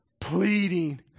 pleading